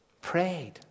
Prayed